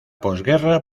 posguerra